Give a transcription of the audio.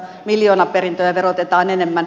miljoonaperintöjä verotetaan enemmän